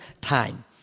time